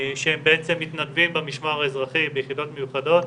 שהם בעצם מתנדבים במשמר האזרחי ביחידות מיוחדות